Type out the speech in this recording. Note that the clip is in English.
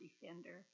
Defender